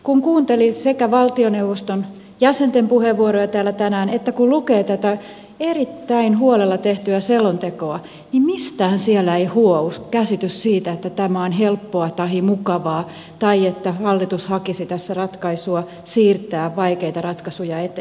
kun kuuntelin valtioneuvoston jäsenten puheenvuoroja täällä tänään ja kun lukee tätä erittäin huolella tehtyä selontekoa niin mistään siellä ei huou käsitys siitä että tämä on helppoa tai mukavaa tai että hallitus hakisi tässä ratkaisua siirtää vaikeita ratkaisuja eteenpäin